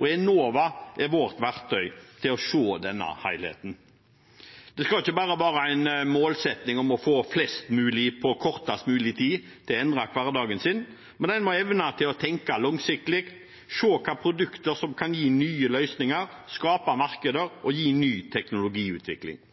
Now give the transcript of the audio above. og Enova er vårt verktøy til å se denne helheten. Det skal ikke bare være en målsetting om å få flest mulig på kortest mulig tid til å endre hverdagen sin, men en må evne å tenke langsiktig, se hvilke produkter som kan gi nye løsninger, skape markeder og